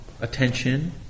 attention